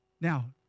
Now